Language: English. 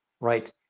right